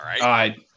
right